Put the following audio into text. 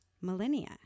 millennia